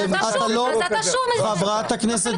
עם כל